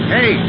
Hey